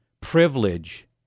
privilege